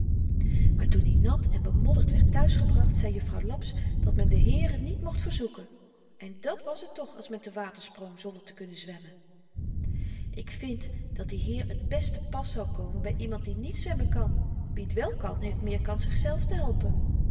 maar toen i nat en bemodderd werd thuisgebracht zei juffrouw laps dat men den heere niet mocht verzoeken en dàt was t toch als men te water sprong zonder te kunnen zwemmen ik vind dat die heer t best te pas komen zou by iemand die niet zwemmen kan wie t wèl kan heeft meer kans zichzelf